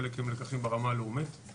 חלק גם לקחים ברמה הלאומית.